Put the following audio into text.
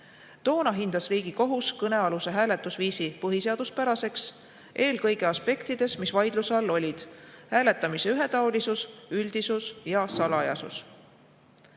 Toona hindas Riigikohus kõnealuse hääletusviisi põhiseaduspäraseks, eelkõige aspektides, mis vaidluse all olid – hääletamise ühetaolisus, üldisus ja salajasus."Alates